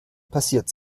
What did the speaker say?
passiert